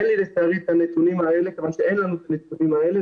אין לי לצערי את הנתונים האלה כיוון שאין לנו את הנתונים האלה.